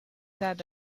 that